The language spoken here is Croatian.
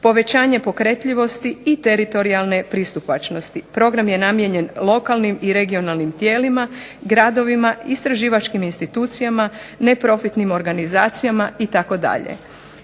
povećanje pokretljivosti i teritorijalne pristupačnosti. Program je namijenjen lokalnim i regionalnim tijelima, gradovima, istraživačkim institucijama, neprofitnim organizacijama itd.